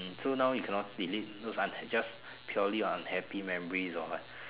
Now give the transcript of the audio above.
hmm so now we cannot delete just purely your unhappy memories or what